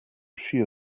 shear